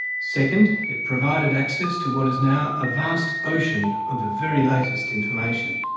second, it provided access to what is now a vast ocean of the very latest information.